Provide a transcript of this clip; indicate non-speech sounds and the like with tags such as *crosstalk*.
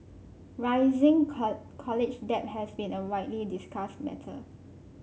rising *unintelligible* college debt has been a widely discussed matter